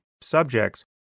subjects